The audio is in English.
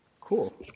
cool